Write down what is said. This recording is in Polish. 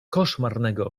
koszmarnego